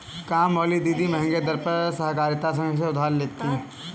कामवाली दीदी महंगे दर पर सहकारिता संघ से उधार लेती है